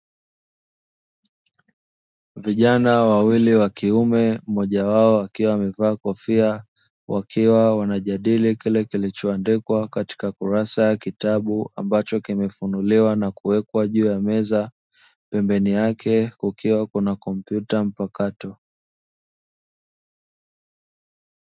Vijana wawili wa kiume mmoja wao akiwa amevaa kofia, wakiwa wanajadili kile kilichoandikwa katika kurasa kitabu, ambacho kimefunuliwa na kuwekwa juu ya meza pembeni yake kukiwa kuna kompyuta mpakato.